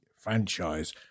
franchise